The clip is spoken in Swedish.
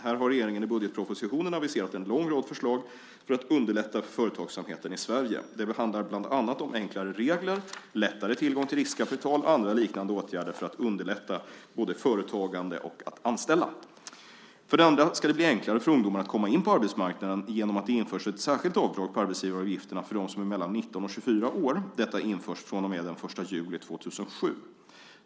Här har regeringen i budgetpropositionen aviserat en lång rad förslag för att underlätta för företagsamheten i Sverige. Det handlar bland annat om enklare regler, lättare tillgång till riskkapital och andra liknande åtgärder för att underlätta både företagande och att anställa. För det andra ska det bli enklare för ungdomar att komma in på arbetsmarknaden genom att det införs ett särskilt avdrag på arbetsgivaravgifterna för dem som är mellan 19 och 24 år. Detta införs den 1 juli 2007.